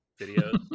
videos